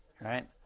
right